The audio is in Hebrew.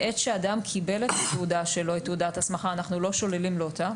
מעת שאדם קיבל את תעודת ההסמכה שלו אנחנו לא שוללים לו אותה,